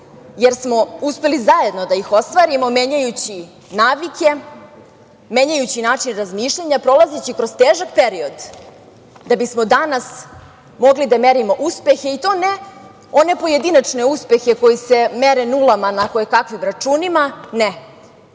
jer smo uspeli zajedno da ih ostvarimo menjajući navike, menjajući način razmišljanja, prolazeći kroz težak period da bismo danas mogli da merimo uspehe, i to ne one pojedinačne uspehe koji se mere nulama na kojekakvim računima, ne,